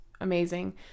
amazing